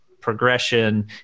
progression